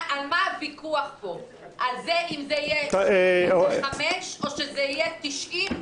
ההסדר כפי שאושר בוועדת חוקה ולא התקדם,